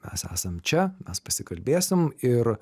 mes esam čia mes pasikalbėsim ir